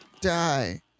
die